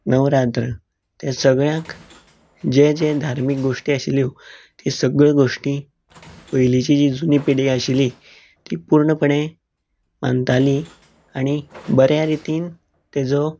नवरात्र तें सगळ्यांक जें जें धार्मीक गोश्टी आशिल्ल्यो तें सगळ्यो गोश्टी पयलीची जी जूनी पिढी आशिल्ली ती पुर्णपणे मानताली आनी बऱ्या रितीन तेजो